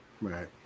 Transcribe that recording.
right